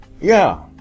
Yeah